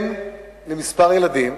אם לכמה ילדים,